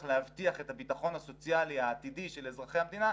להבטיח את הביטחון הסוציאלי העתידי של אזרחי המדינה,